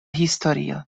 historio